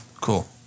Cool